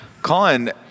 Colin